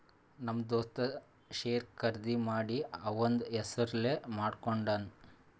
ನಮ್ ದೋಸ್ತ ಶೇರ್ ಖರ್ದಿ ಮಾಡಿ ಅವಂದ್ ಹೆಸುರ್ಲೇ ಮಾಡ್ಕೊಂಡುನ್